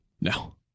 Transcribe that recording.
No